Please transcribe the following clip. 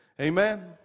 Amen